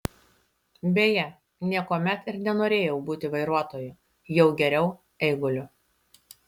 beje niekuomet ir nenorėjau būti vairuotoju jau geriau eiguliu